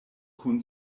kun